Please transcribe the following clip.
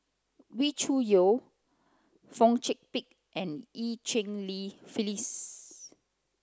Wee Cho Yaw Fong Chong Pik and Eu Cheng Li Phyllis